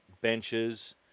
Benches